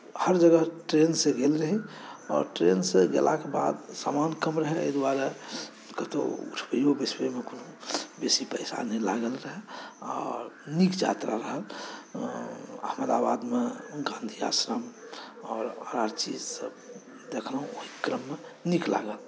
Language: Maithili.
हर जगह ट्रेन से गेल रही आओर ट्रेन से गेलाके बाद समान कम रहै एहि दुआरे कतहुँ उठवैओ बैसबैओमे कोनो बेसी परेशानी नहि लागल रहै आओर नीक यात्रा रहल अहमदाबादमे गाँधी आश्रम और हर चीज सभ देखलहुँ ओहि क्रममे नीक लागल